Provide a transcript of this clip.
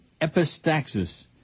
epistaxis